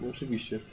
Oczywiście